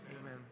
amen